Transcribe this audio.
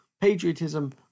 patriotism